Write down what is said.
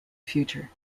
future